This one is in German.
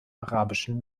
arabischen